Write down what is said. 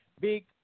big